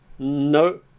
No